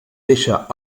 deixa